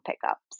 pickups